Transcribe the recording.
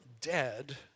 dead